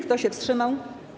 Kto się wstrzymał?